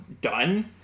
done